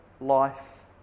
life